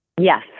Yes